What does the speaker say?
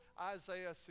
Isaiah